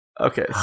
Okay